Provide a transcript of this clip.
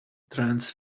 trance